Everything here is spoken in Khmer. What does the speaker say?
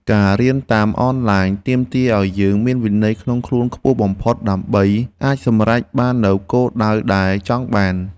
ការរៀនតាមអនឡាញទាមទារឱ្យយើងមានវិន័យក្នុងខ្លួនខ្ពស់បំផុតដើម្បីអាចសម្រេចបាននូវគោលដៅដែលបានកំណត់។